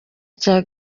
cya